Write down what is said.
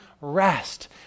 rest